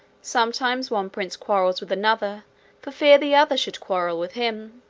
sometimes one prince quarrels with another for fear the other should quarrel with him.